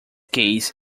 case